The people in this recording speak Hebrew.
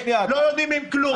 לא יודעים כלום.